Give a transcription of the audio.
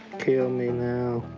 kill me now.